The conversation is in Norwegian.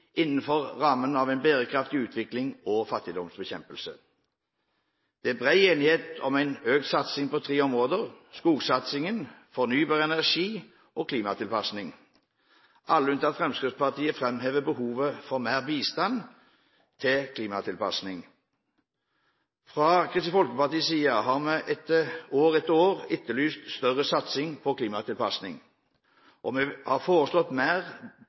innenfor rammen av en bærekraftig utvikling og fattigdomsbekjempelse. Det er bred enighet om en økt satsing på tre områder: skogsatsing, fornybar energi og klimatilpasning. Alle, unntatt Fremskrittspartiet, framhever behovet for mer bistand til klimatilpasning. Fra Kristelig Folkepartis side har vi år etter år etterlyst større satsing på klimatilpasning. Vi har foreslått mer